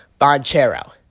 Boncero